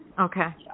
Okay